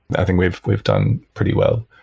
i think we've we've done pretty well,